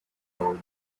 code